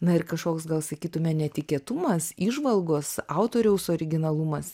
na ir kažkoks gal sakytume netikėtumas įžvalgos autoriaus originalumas